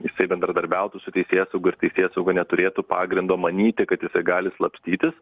jisai bendradarbiautų su teisėsauga ir teisėsauga neturėtų pagrindo manyti kad jisai gali slapstytis